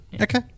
Okay